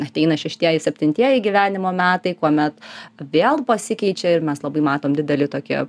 ateina šeštieji septintieji gyvenimo metai kuomet vėl pasikeičia ir mes labai matom didelį tokį